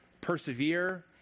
persevere